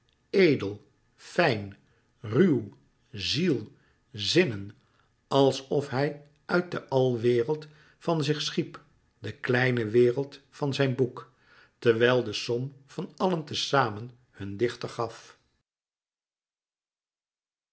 edel fijn ruw ziel zinnen alsof hij uit de alwereld van zich schiep de kleine wereld van zijn boek terwijl de som van allen te samen hun dichter gaf